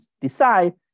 decide